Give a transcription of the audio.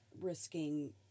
risking